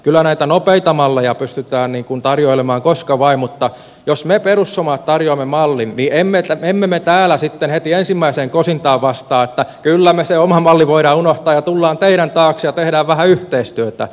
kyllä näitä nopeita malleja pystytään tarjoilemaan koska vain mutta jos me perussuomalaiset tarjoamme mallin niin emme me täällä sitten heti ensimmäiseen kosintaan vastaa että kyllä me sen oman mallin voimme unohtaa ja tulemme teidän taaksenne ja teemme vähän yhteistyötä